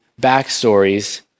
backstories